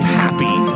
happy